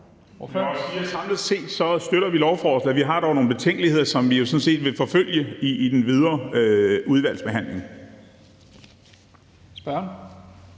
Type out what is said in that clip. vi samlet set lovforslaget. Vi har dog nogle betænkeligheder, som vi jo sådan set vil forfølge i den videre udvalgsbehandling.